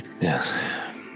Yes